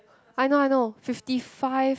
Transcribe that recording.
I know I know fifty five